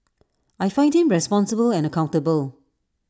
I find him responsible and accountable